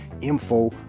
info